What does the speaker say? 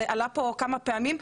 זה עלה פה כמה פעמים.